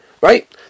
right